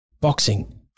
boxing